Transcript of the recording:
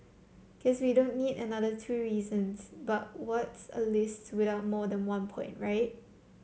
guess we don't need another two reasons but what's a list without more than one point right